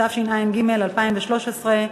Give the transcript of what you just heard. התשע"ג 2013,